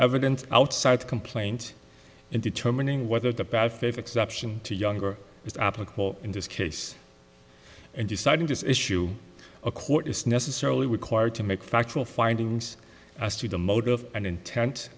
evidence outside the complaint in determining whether the bad faith exception to younger is applicable in this case and deciding this issue a court is necessarily required to make factual findings as to the motive and intent